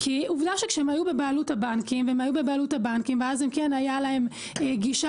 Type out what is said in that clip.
כי עובדה שכשהם היו בבעלות הבנקים ואז כן הייתה להם גישה